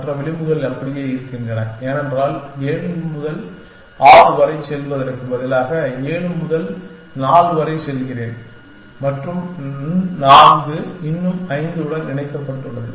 மற்ற விளிம்புகள் அப்படியே இருக்கின்றன ஏனென்றால் இங்கு 7 முதல் 6 வரை செல்வதற்கு பதிலாக நான் 7 முதல் 4 வரை செல்கிறேன் மற்றும் 4 இன்னும் 5 உடன் இணைக்கப்பட்டுள்ளது